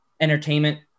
entertainment